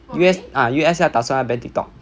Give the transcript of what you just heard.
U_S ah U_S 要打算要 ban Tiktok